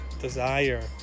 desire